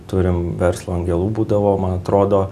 turime verslo angelų būdavo man atrodo